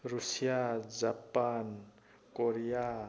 Russia Japan Korea